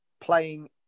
playing